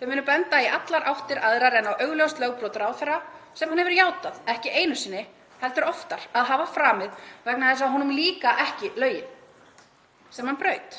Þau munu benda í allar áttir aðrar en að augljósu lögbroti ráðherra sem hann hefur játað, ekki einu sinni heldur oftar, að hafa framið vegna þess að honum líkar ekki lögin sem hann braut.